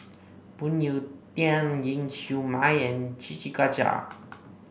Phoon Yew Tien Ling Siew May and Siti Khalijah